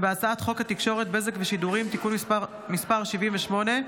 הצעת חוק התקשורת (בזק ושידורים) (תיקון מס' 78)